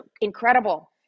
incredible